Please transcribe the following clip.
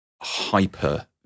hyper